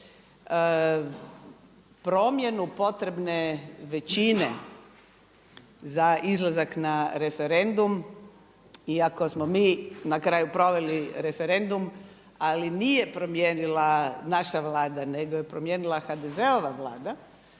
Promjenu potrebne većine za izlazak na referendum iako smo mi na kraju proveli referendum, ali nije promijenila naša Vlada nego je promijenila HDZ-ova Vlada